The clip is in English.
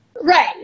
Right